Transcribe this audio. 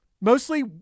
mostly